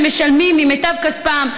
שמשלמים ממיטב כספם,